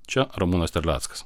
čia ramūnas terleckas